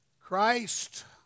Christ